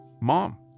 Mom